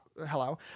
hello